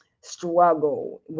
struggle